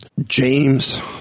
James